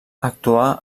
actuà